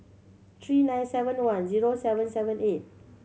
three nine seven one zero seven seven eight